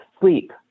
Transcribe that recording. sleep